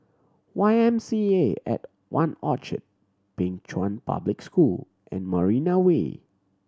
Y M C A at One Orchard Pei Chun Public School and Marina Way